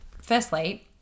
firstly